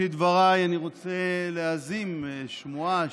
בראשית דבריי אני רוצה להזים שמועה